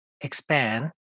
expand